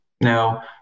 Now